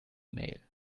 mail